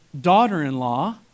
daughter-in-law